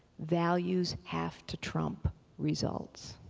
values have to trump results.